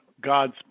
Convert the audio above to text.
God's